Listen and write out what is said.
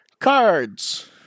cards